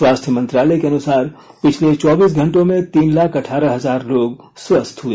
स्वास्थ्य मंत्रालय के अनुसार पिछले चौबीस घंटो में तीन लाख अठारह हजार लोग स्वस्थ हुए